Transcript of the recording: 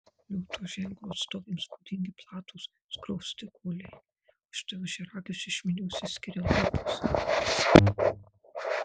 liūto ženklo atstovėms būdingi platūs skruostikauliai o štai ožiaragius iš minios išskiria lūpos